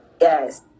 Yes